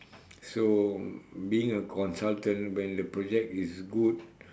so being a consultant when the project is good